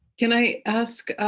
can i ask,